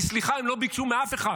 כי סליחה הם לא ביקשו מאף אחד,